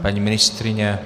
Paní ministryně?